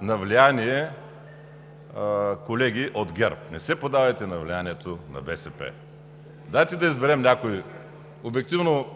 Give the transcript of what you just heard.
на влияние колеги от ГЕРБ. Не се поддавайте на влиянието на БСП! Дайте да изберем някой обективно